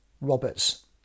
Roberts